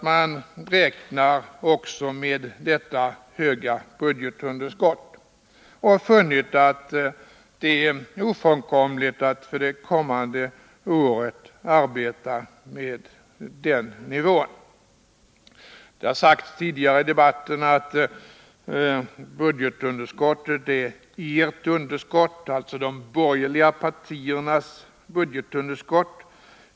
Man har alltså funnit det ofrånkomligt att för det kommande året arbeta med den höga nivån på budgetunderskottet. Man har tidigare i debatten uttryckt sig så att budgetunderskottet är ”ert”, dvs. de borgerliga partiernas underskott.